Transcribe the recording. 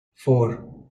four